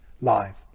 live